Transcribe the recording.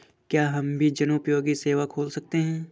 क्या हम भी जनोपयोगी सेवा खोल सकते हैं?